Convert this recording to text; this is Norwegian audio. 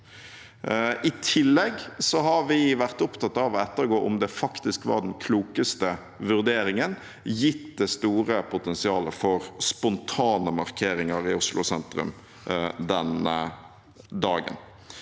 I tillegg har vi vært opptatt av å ettergå om det faktisk var den klokeste vurderingen, gitt det store potensialet for spontane markeringer i Oslo sentrum den dagen.